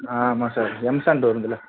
ஆ ஆமாம் sir M sand வருதுல்ல